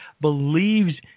believes